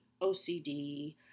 OCD